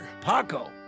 Paco